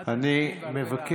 מעט אנשים והרבה רעש.